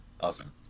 Awesome